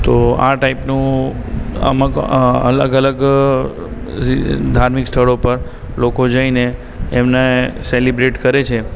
તો આ ટાઈપનું આમાં તો અલગ અલગ ધાર્મિક સ્થળો પર લોકો જઈને એમને સેલિબ્રેટ કરે છે